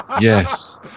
Yes